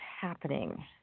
happening